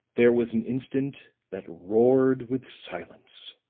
there was an instant that roared with silence